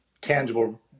tangible